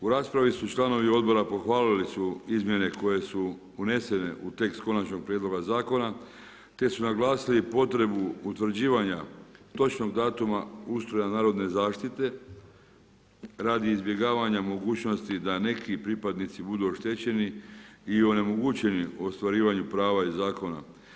U raspravi su članovi odbora pohvalili su izmjene koje su unesene u tekst konačnog prijedloga zakona, te su naglasili potrebu utvrđivanja točnog datuma ustroja narodne zaštite, radi izbjegavanja mogućnosti, da neki pripadnici budu oštećeni i onemogućeni u ostvarivanju prava iz zakona.